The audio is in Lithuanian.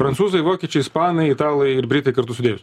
prancūzai vokiečiai ispanai italai ir britai kartu sudėjus